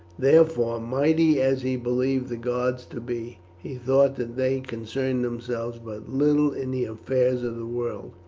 therefore, mighty as he believed the gods to be, he thought that they concerned themselves but little in the affairs of the world,